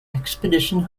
expedition